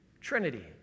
Trinity